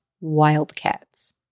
Wildcats